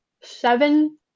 seven